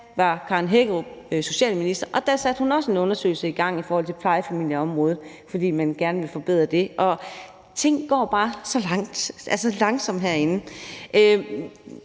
da hun var socialminister, også satte en undersøgelse i gang i forhold til plejefamilieområdet, fordi man gerne ville forbedre det, og tingene går bare så langsomt herinde.